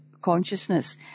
consciousness